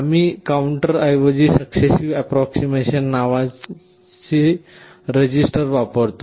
आम्ही काउंटर ऐवजी successive approximation नावाची रजिस्टर वापरतो